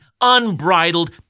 unbridled